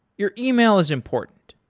your email is important.